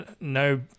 no